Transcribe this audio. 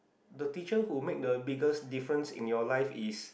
the teacher who make the biggest difference in your life is